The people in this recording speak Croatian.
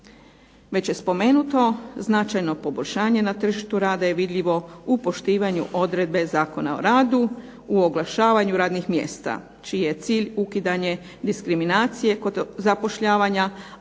Već je spomenuto značajno poboljšanje na tržištu rada i vidljivo u poštivanje odredbe Zakona o radu u oglašavanju radnih mjesta čiji je cilj ukidanje diskriminacije kod zapošljavanja